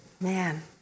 Man